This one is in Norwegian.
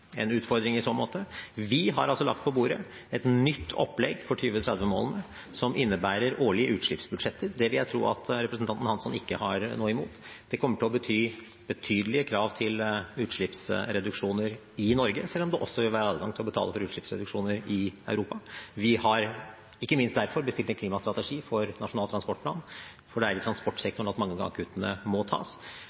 en utfordring i så måte. Vi har altså lagt på bordet et nytt opplegg for 2030-målene som innebærer årlige utslippsbudsjetter. Det vil jeg tro at representanten Hansson ikke har noe imot. Det kommer til å bety betydelige krav til utslippsreduksjoner i Norge, selv om det også vil være adgang til å betale for utslippsreduksjoner i Europa. Vi har ikke minst derfor bestilt en klimastrategi for Nasjonal transportplan, for det er i transportsektoren at mange av kuttene må tas.